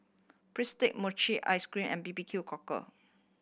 bistake mochi ice cream and B B Q Cockle